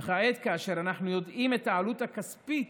וכעת, כאשר אנחנו יודעים את העלות הכספית